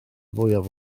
fwyaf